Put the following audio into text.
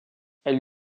elles